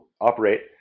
operate